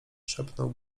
szepnął